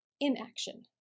inaction